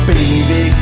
Baby